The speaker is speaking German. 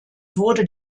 wurde